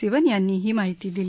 सिवन यांनी ही माहिती दिली